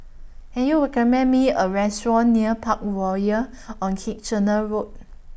Can YOU recommend Me A Restaurant near Parkroyal on Kitchener Road